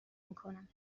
میکنم